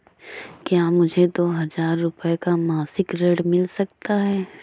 क्या मुझे दो हजार रूपए का मासिक ऋण मिल सकता है?